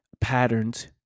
patterns